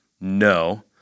no